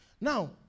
Now